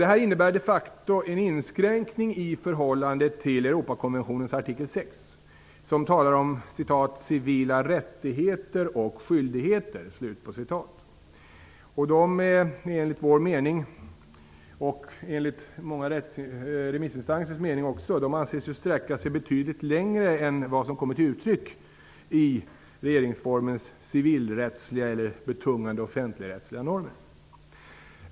Det här innebär de facto en inskränkning i förhållande till Europakonventionens artikel 6 som talar om "civila rättigheter och skyldigheter", som enligt vår och också många remissinstansers mening sträcker sig betydligt längre än vad som kommer till uttryck i regeringsformens civilrättsliga eller betungande offentligrättsliga normer.